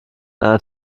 einer